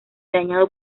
dañado